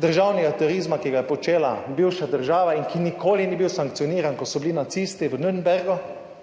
državnega terorizma, ki ga je počela bivša država, in ki nikoli ni bil sankcioniran, ko so bili nacisti v Nürnbergu,